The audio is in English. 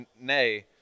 nay